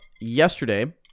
yesterday